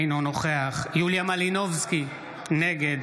אינו נוכח יוליה מלינובסקי, נגד